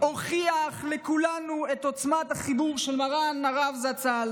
הוכיח לכולנו את עוצמת החיבור של מרן הרב זצ"ל